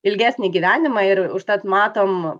ilgesnį gyvenimą ir užtat matom